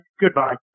Goodbye